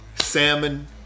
Salmon